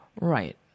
Right